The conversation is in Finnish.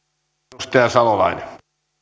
arvoisa puhemies